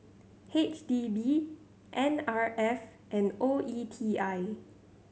H D B N R F and O E T I